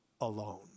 alone